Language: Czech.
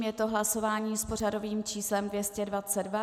Je to hlasování s pořadovým číslem 222.